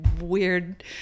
weird